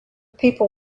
people